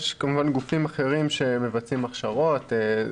כמובן גופים אחרים שמבצעים הכשרות,